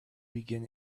begin